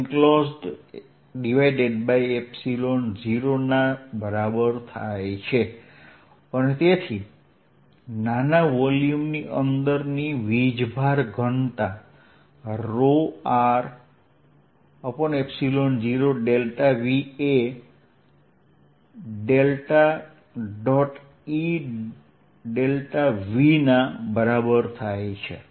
ds એ q enclosed0 ના બરાબર છે અને તેથી નાના વોલ્યૂમની અંદરની વીજભાર ઘનતા ৎ0 v એ ∇E v ના બરાબર છે